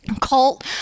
cult